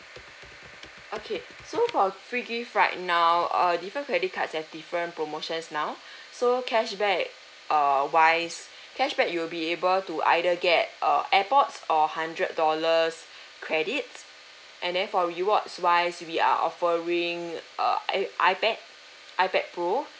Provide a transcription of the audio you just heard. okay so for free gift right now uh different credit cards have different promotions now so cashback err wise cashback you'll be able to either get uh airpods or hundred dollars credits and then for rewards wise we are offering uh i~ ipad ipad pro